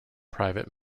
private